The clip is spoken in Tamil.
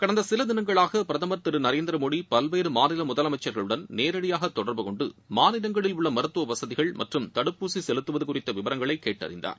கடந்த சில தினங்களாக பிரதமர் திரு நரேந்திரமோடி பல்வேறு மாநில முதலமைச்சர்களுடன் நேரடியாக தொடர்பு கொண்டு மாநிலங்களில் உள்ள மருத்துவ வசதிகள் மற்றும் தடுப்பூசி செலுத்துவது குறித்த விவரங்களை கேட்டறிந்தார்